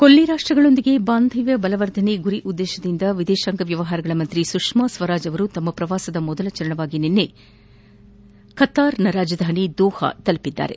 ಕೊಲ್ಲಿ ರಾಷ್ಟಗಳೊಂದಿಗೆ ಬಾಂಧವ್ಯ ಬಲವರ್ಧನೆ ಗುರಿ ಉದ್ದೇಶದಿಂದ ವಿದೇಶಾಂಗ ವ್ಯವಹಾರಗಳ ಸಚಿವೆ ಸುಷ್ಮಾ ಸ್ವರಾಜ್ ತಮ್ಮ ಶ್ರವಾಸದ ಮೊದಲ ಚರಣದಲ್ಲಿ ನಿನ್ನೆ ಸಂಜೆ ಖತಾರ್ನ ರಾಜಧಾನಿ ದೋಹಾ ತಲುಪಿದ್ದಾರೆ